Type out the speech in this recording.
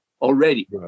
already